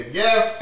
yes